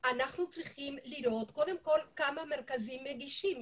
אנחנו צריכים לראות קודם כל כמה מרכזים מגישים,